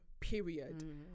period